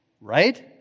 Right